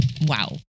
Wow